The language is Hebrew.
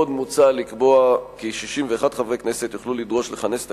עוד מוצע לקבוע כי 61 חברי הכנסת יוכלו לדרוש לכנס את